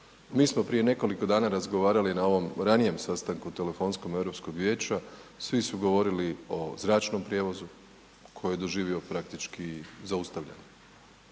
Mi smo prije nekoliko dana razgovarali na ovom ranijem sastanku telefonskom Europskog vijeća svi su govorili o zračnom prijevozu koji je doživio praktički zaustavljeni,